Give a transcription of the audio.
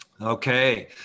Okay